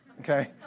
okay